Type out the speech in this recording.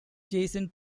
jason